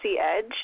edge